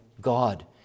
God